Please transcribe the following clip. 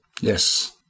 Yes